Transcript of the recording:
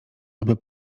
aby